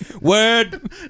Word